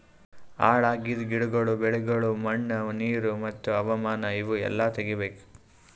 ಹಾಳ್ ಆಗಿದ್ ಗಿಡಗೊಳ್, ಬೆಳಿಗೊಳ್, ಮಣ್ಣ, ನೀರು ಮತ್ತ ಹವಾಮಾನ ಇವು ಎಲ್ಲಾ ತೆಗಿಬೇಕು